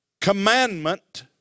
commandment